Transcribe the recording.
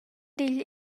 digl